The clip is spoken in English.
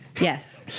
Yes